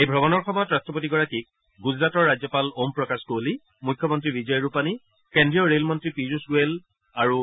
এই ভ্ৰমণৰ সময়ত ৰট্টপতিগৰাকীক ণ্ডজৰাটৰ ৰাজ্যপাল ওম প্ৰকাশ কোহলী মুখ্যমন্তী বিজয় ৰূপানী কেন্দ্ৰীয় ৰেলমন্তী পিয়ুষ গোৰেলে আৰু